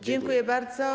Dziękuję bardzo.